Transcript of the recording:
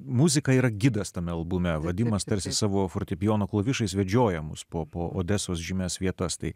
muzika yra gidas tame albume vadinamas tarsi savo fortepijono klavišais vedžiojamus po odesos žymias vietas tai